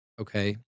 okay